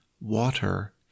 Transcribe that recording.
water